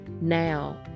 now